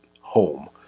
home